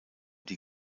die